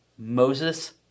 Moses